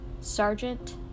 Sergeant